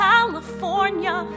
California